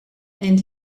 and